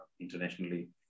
internationally